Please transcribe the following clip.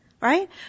Right